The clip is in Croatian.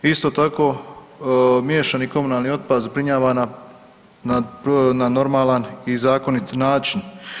Isto tako miješani komunalni otpad zbrinjava na normalan i zakonit način.